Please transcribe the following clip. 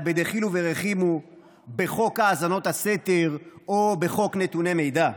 בדחילו ורחימו בחוק האזנות הסתר או בחוק נתוני מידע.